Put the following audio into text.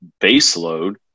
baseload